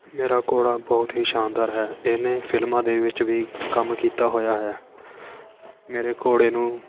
ਮੇਰਾ ਘੋੜਾ ਬਹੁਤ ਹੀ ਸ਼ਾਨਦਾਰ ਹੈ ਇਹਨੇ ਫਿਲਮਾਂ ਦੇ ਵਿੱਚ ਵੀ ਕੰਮ ਕੀਤਾ ਹੋਇਆ ਹੈ ਮੇਰੇ ਘੋੜੇ ਨੂੰ